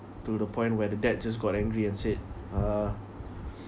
to the point where the dad just got angry and said ah